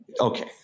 Okay